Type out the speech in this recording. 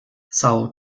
são